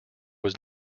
was